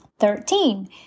Thirteen